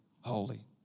holy